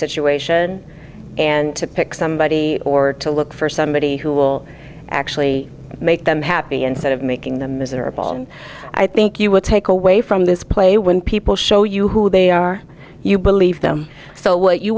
situation and to pick somebody or to look for somebody who will actually make them happy instead of making them miserable and i think you would take away from this play when people show you who they are you believe them so what you